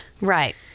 Right